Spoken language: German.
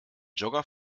jogger